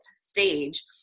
stage